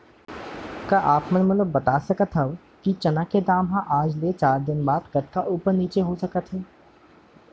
का आप मन मोला बता सकथव कि चना के दाम हा आज ले चार दिन बाद कतका ऊपर नीचे हो सकथे?